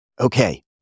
Okay